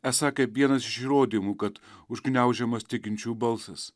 esą kaip vienas iš įrodymų kad užgniaužiamas tikinčių balsas